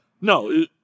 no